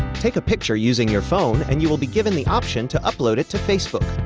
take a picture using your phone, and you will be given the option to upload it to facebook.